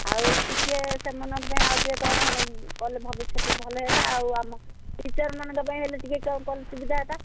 ଆଉ ଟିକେ ସେମାନଙ୍କ ପାଇଁ ଆଉ ଟିକେ କ'ଣ କଲେ ଭବିଷ୍ୟତ ଟିକ ଭଲ ହେଇତା ଆଉ ଆମ ଟିଚରମାନଙ୍କ ପାଇଁ ହେଲେ ଟିକିଏ କ'ଣ କଲେ ସୁବିଧା ହେତା